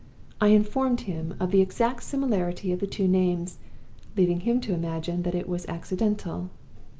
i informed him of the exact similarity of the two names leaving him to imagine that it was accidental.